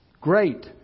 Great